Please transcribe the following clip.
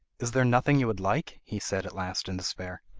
is there nothing you would like he said at last in despair.